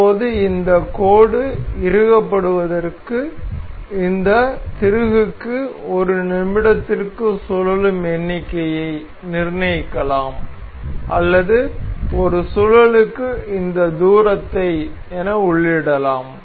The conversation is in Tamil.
இப்போது இந்த கோடு இறுக்கப்படுவதற்கு இந்த திருகுக்கு ஒரு நிமிடத்திற்கு சுழலும் எண்ணிக்ககையை நிர்னயிக்கலாம் அல்லது ஒரு சுழலுக்கு இந்த தூரத்தை உள்ளிடலாம்